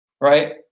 right